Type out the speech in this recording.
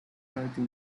thirty